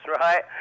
right